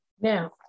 Now